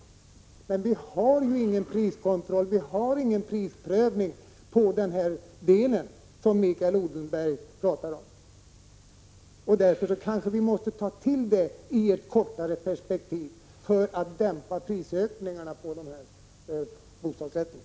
Det sker emellertid ingen priskontroll eller prisprövning på detta område, som Mikael Odenberg talar om, och därför kanske vi måste ta till sådana åtgärder i ett kortare perspektiv för att dämpa prisökningarna på bostadsrätterna.